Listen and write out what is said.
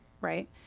right